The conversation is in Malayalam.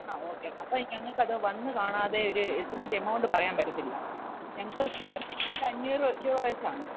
ആ ഓക്കെ അപ്പോൾ ഞങ്ങൾക്ക് അത് വന്നു കാണാതെ ഒരു എസ്റ്റിമേറ്റ് എമൗണ്ട് പറയാൻ പറ്റത്തില്ല ഞങ്ങൾക്ക് സ്ക്വയർഫീറ്റിന് ഒരു അഞ്ഞൂറ് രൂപ വച്ചാണ്